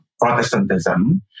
Protestantism